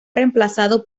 reemplazado